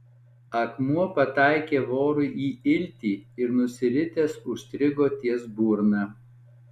akmuo pataikė vorui į iltį ir nusiritęs užstrigo ties burna